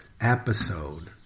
episode